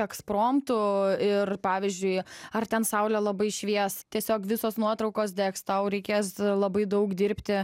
ekspromtu ir pavyzdžiui ar ten saulė labai švies tiesiog visos nuotraukos degs tau reikės labai daug dirbti